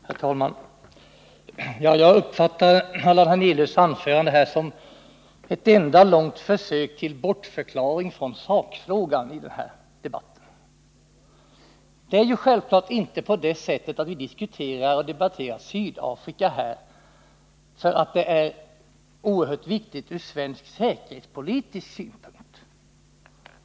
Herr talman! Jag uppfattade Allan Hernelius anförande som ett enda långt försök till bortförklaring när det gäller sakfrågan i den här debatten. Vi diskuterar och debatterar självfallet inte Sydafrika för att det är oerhört viktigt från svensk säkerhetspolitisk synpunkt.